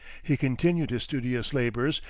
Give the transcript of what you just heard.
he continued his studious labors,